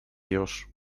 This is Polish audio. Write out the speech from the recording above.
już